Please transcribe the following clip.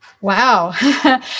wow